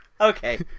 Okay